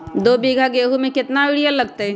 दो बीघा गेंहू में केतना यूरिया लगतै?